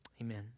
Amen